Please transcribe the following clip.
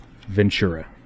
ventura